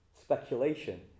Speculation